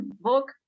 book